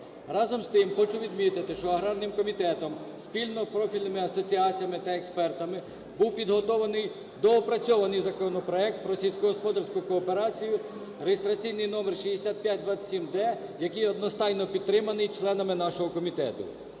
Разом з тим, хочу відмітити, що аграрним комітетом, спільно з профільними асоціаціями та експертами був підготовлений доопрацьований законопроект про сільськогосподарську кооперацію (реєстраційний номер 6527-д), який одностайно підтриманий членами нашого комітету.